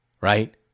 right